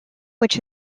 which